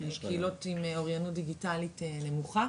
יש קהילות עם אוריינות דיגיטלית נמוכה,